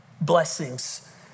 blessings